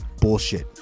bullshit